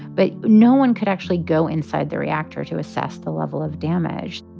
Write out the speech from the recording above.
but no one could actually go inside the reactor to assess the level of damage